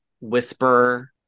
whisper